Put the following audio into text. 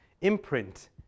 imprint